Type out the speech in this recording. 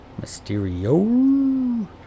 Mysterio